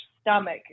stomach